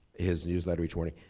his newsletter each morning.